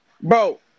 Bro